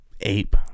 Ape